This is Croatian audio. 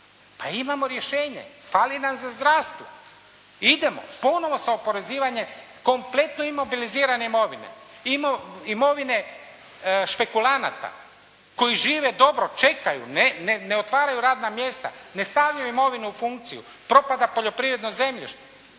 Pa imamo rješenje, fali nam za zdravstvo. Idemo ponovo sa oporezivanjem kompletno imobilizirane imovine, imovine špekulanata koji žive dobro, čekaju, ne otvaraju radna mjesta, ne stavljaju imovinu u funkciju, propada poljoprivredno zemljište,